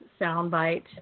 soundbite